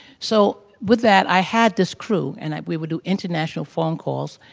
so, with that, i had this crew and we would do international phone calls.